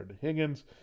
Higgins